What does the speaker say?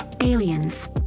Aliens